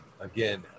Again